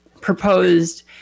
proposed